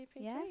yes